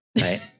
right